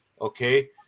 okay